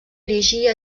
erigir